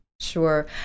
Sure